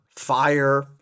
Fire